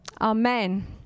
Amen